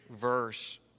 verse